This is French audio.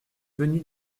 venue